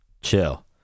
chill